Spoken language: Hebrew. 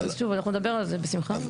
שוב, אנחנו נדבר על זה, בשמחה.